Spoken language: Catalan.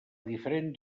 diferent